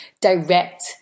direct